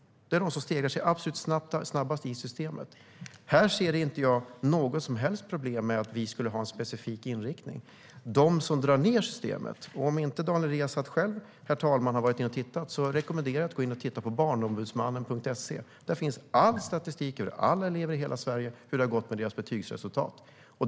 Det är de som stiger absolut snabbast i systemet. Här ser jag inget som helst problem med att vi skulle ha en specifik inriktning. Om Daniel Riazat inte själv har varit inne och tittat rekommenderar jag honom att titta på barnombudsmannen.se. Där finns all statistik över alla elever i hela Sverige och hur det har gått med deras betygsresultat.